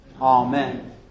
Amen